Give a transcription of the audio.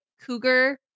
cougar